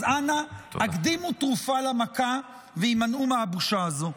אז אנא, הקדימו תרופה למכה והימנעו מהבושה הזאת.